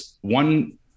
one